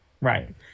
right